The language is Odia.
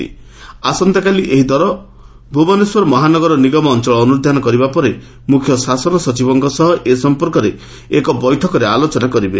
ସେହିପରି ଆସନ୍ତାକାଲି ଏହି ଦଳ ଭୁବନେଶ୍ୱର ମହାନଗର ନିଗମ ଅଞ୍ଚଳ ଅନୁଧ୍ୟାନ କରିବା ପରେ ମୁଖ୍ୟଶାସନ ସଚିବଙ୍କ ସହ ଏ ସଂପର୍କରେ ଏକ ବୈଠକରେ ଆଲୋଚନା କରିବେ